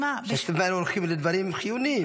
הכספים האלה הולכים לדברים חיוניים.